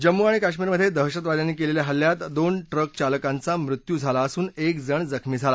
जम्मू आणि काश्मीरमधे दहशतवाद्यांनी केलेल्या इल्ल्यात दोन ट्रक चालकांचा मृत्यू झाला असून एक जण जखमी झाला